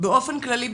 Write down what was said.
באופן כללי,